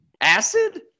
Acid